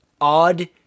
odd